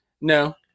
no